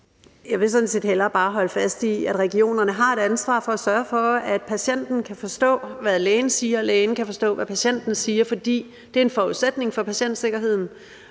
Jeg vil sådan set hellere bare holde fast i, at regionerne har et ansvar for at sørge for, at patienten kan forstå, hvad lægen siger, og at lægen kan forstå, hvad patienten siger, for det er en forudsætning for patientsikkerheden.